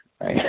right